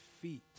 feet